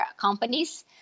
companies